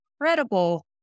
incredible